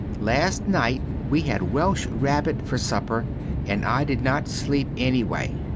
last nite we had welsh rabit fer super and i did not sleep enny way.